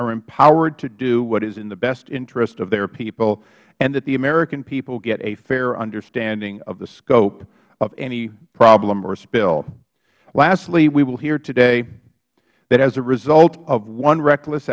are empowered to do what is in the best interests of their people and that the american people get a fair understanding of the scope of any problem or spill lastly we will hear today that as a result of one reckless